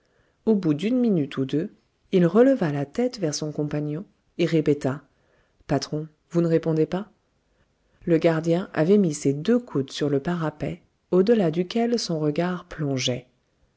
au bout d'une minute ou deux il releva la tête vers son compagnon et répéta patron vous ne répondez pas le gardien avait mis ses deux coudes sur le parapet au delà duquel son regard plongeait